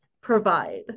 provide